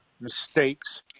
mistakes